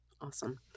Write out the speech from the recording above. Awesome